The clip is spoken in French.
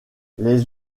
les